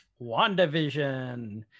wandavision